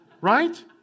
right